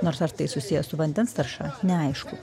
nors ar tai susiję su vandens tarša neaišku